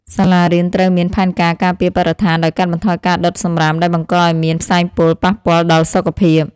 សាលារៀនត្រូវមានផែនការការពារបរិស្ថានដោយកាត់បន្ថយការដុតសំរាមដែលបង្កឱ្យមានផ្សែងពុលប៉ះពាល់ដល់សុខភាព។